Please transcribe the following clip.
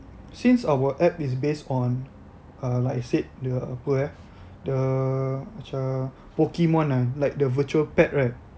since our app is based on uh like I said the apa eh the macam Pokemon kan like the virtual pet right